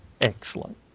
Excellent